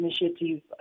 Initiative